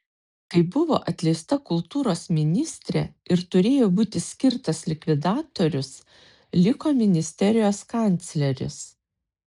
kai buvo atleista kultūros ministrė ir turėjo būti skirtas likvidatorius liko ministerijos kancleris